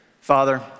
Father